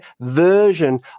version